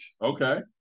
Okay